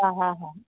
हा हा हा